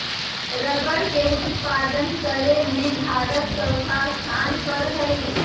rubber के उत्पादन करे में भारत चौथा स्थान पर हई